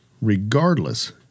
regardless